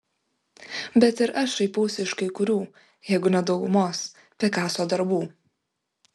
bet ir aš šaipausi iš kai kurių jeigu ne daugumos pikaso darbų